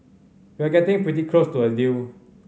we're getting pretty close to a deal